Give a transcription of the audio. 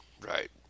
right